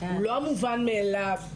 הוא לא מובן מאליו,